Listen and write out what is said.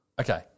Okay